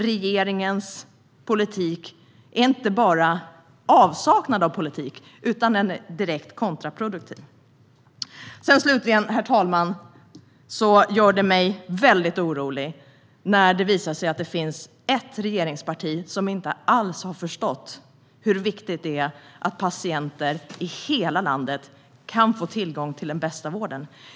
Regeringens politik är inte bara avsaknad av politik, utan den är direkt kontraproduktiv. Slutligen, herr talman, gör det mig väldigt orolig när det visar sig att det finns ett regeringsparti som inte alls har förstått hur viktigt det är att patienter i hela landet kan få tillgång till den bästa vården.